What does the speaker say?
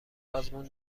آزمون